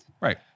Right